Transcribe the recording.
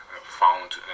found